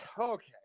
Okay